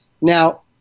Now